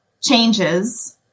changes